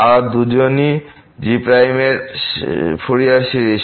তারা দুজনই g এর ফুরিয়ার সিরিজ